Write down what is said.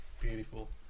Beautiful